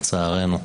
לצערנו,